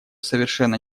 совершенно